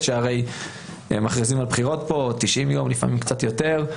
כי מכריזים פה על בחירות 90 יום ולפעמים קצת יותר.